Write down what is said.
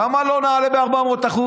למה לא נעלה ב-400%?